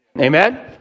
Amen